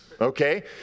Okay